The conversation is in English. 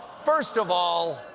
first of all,